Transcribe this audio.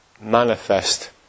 manifest